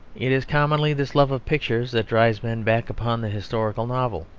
it is commonly this love of pictures that drives men back upon the historical novel.